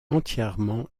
entièrement